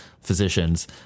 physicians